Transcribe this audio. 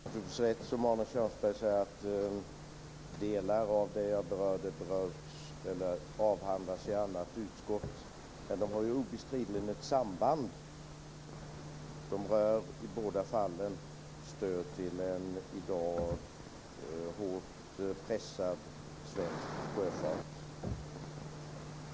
Fru talman! Helt kort! Det är naturligtvis rätt som Arne Kjörnsberg säger att delar av det som jag berörde avhandlas i ett annat utskott. Men det finns obestridligen ett samband. Båda fallen rör stöd till en i dag hårt pressad svensk sjöfart.